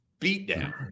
beatdown